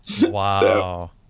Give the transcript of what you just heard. Wow